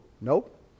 Nope